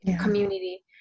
community